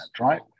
right